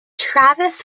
travis